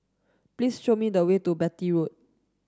please show me the way to Beatty Road